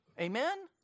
Amen